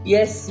Yes